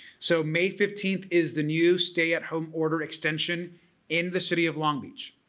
so may fifteenth is the new stay-at-home order extension in the city of long beach.